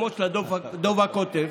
כמו דב הקוטב,